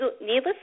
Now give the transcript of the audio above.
Needless